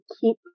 keep